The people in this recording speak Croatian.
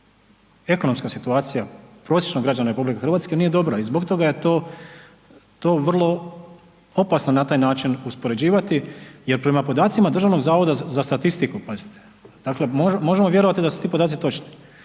u, ekonomska situacija prosječnog građana RH nije dobra i zbog toga je to, to vrlo opasno na taj način uspoređivati, jer prema podacima Državnog zavoda za statistiku, pazite, dakle možemo vjerovati da su ti podaci točni,